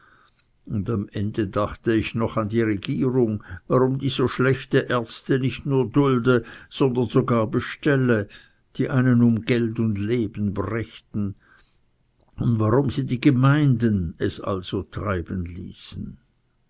und am ende dachte ich noch an die regierung warum die so schlechte ärzte nicht nur dulde sondern sogar bestelle die einen um geld und leben brächten und warum sie die gemeinden also es treiben ließen